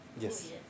Yes